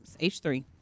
H3